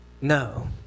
No